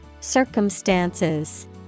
Circumstances